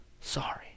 sorry